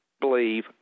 believe